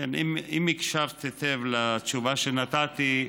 כן, אם הקשבת היטב לתשובה שנתתי,